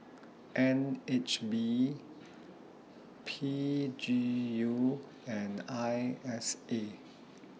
N H B P G U and I S A